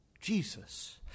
Jesus